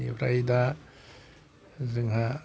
बिनिफ्राय दा जोंहा